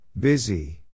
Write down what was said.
Busy